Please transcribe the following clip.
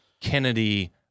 Kennedy